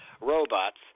robots